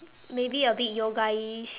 maybe a bit yogaish